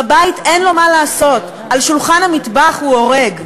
בבית אין לו מה לעשות, על שולחן המטבח הוא הורג.